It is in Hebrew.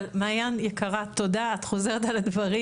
מעין יקרה, תודה, את חוזרת על הדברים.